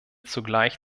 zugleich